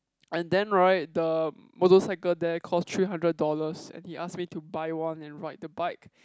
and then right the motorcycle there cost three hundred dollars and he ask me to buy one and ride the bike